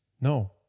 No